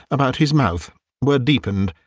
about his mouth were deepened,